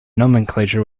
nomenclature